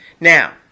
Now